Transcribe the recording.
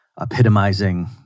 epitomizing